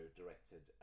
directed